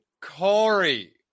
Corey